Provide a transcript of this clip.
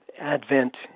Advent